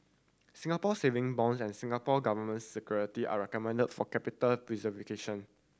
Singapore Saving Bonds and Singapore Government Security are recommended for capital